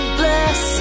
bless